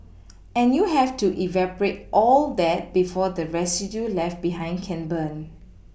and you have to evaporate all that before the residue left behind can burn